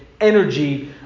energy